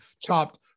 chopped